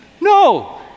no